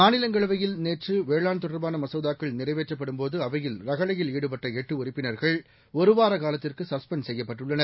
மாநிலங்களவையில் நேற்று வேளாண் தொடர்பான மசோதாக்கள் நிறைவேற்றப்படும் போது சஸ்பெண்ட் அவையில் ரகளையில் ஈடுபட்ட எட்டு உறப்பினர்கள் காலத்திற்கு ஒருவார செய்யப்பட்டுள்ளன்